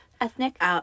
ethnic